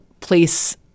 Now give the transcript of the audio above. place